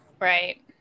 Right